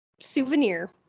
souvenir